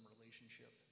relationship